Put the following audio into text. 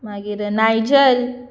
मागीर नायजल